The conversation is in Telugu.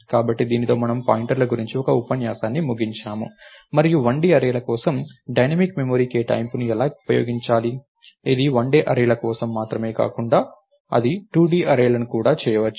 కాబట్టి దీనితో మనము పాయింటర్ల గురించి ఈ ఉపన్యాసాన్ని ముగించాము మరియు 1D అర్రేల కోసం డైనమిక్ మెమరీ కేటాయింపును ఎలా ఉపయోగించాలి ఇది 1D అర్రేల కోసం మాత్రమే కాకుండా అది 2D అర్రేలకి కూడా చేయవచ్చు